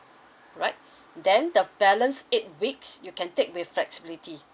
right then the balance eight weeks you can take with flexibility